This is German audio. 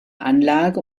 anlage